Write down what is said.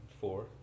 four